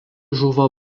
žuvo